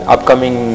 Upcoming